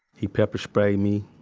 he pepper sprayed me.